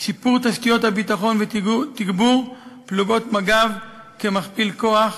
שיפור תשתיות הביטחון ותגבור פלוגות מג"ב כמכפיל כוח,